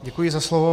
Děkuji za slovo.